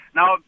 now